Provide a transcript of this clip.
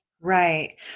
right